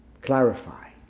clarify